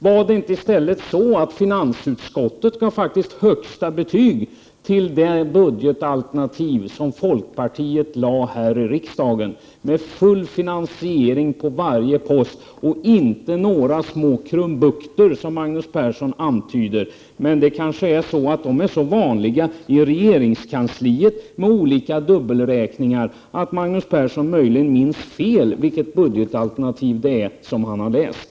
Var det inte så att finansutskottet faktiskt gav högsta betyg till det budgetalternativ som folkpartiet lade fram, med full finansiering på varje post och inte några små krumbukter, som Magnus Persson antydde? Men sådana kanske är så vanliga i regeringskansliet med olika dubbelräkningar att Magnus Persson möjligen inte minns vilket budgetalternativ han har läst.